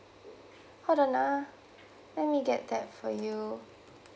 hold on ah let me get that for you